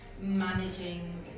managing